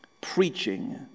preaching